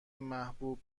محبوب